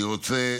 אני רוצה